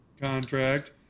contract